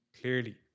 Clearly